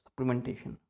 supplementation